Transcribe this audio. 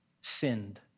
sinned